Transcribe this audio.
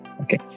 Okay